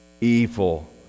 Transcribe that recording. evil